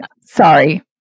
sorry